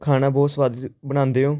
ਖਾਣਾ ਬਹੁਤ ਸਵਾਦ ਜ ਬਣਾਉਂਦੇ ਹੋ